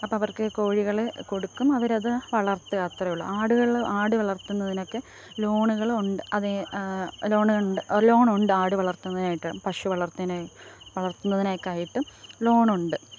അപ്പോൾ അവര്ക്ക് കോഴികളെ കൊടുക്കും അവരത് വളര്ത്തുകാ അത്രേയുള്ളു ആടുകളെ ആട് വളര്ത്തുന്നതിനൊക്കെ ലോണ്കളുമുണ്ട് അതീ ലോണ്ണ്ട് ലോണൊണ്ട് ആട് വളര്ത്തുന്നതിനായിട്ട് പശു വളര്ത്തെന് വളര്ത്തുന്നതിനൊക്കെ ആയിട്ടും ലോണൊണ്ട്